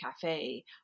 cafe